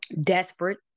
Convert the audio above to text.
desperate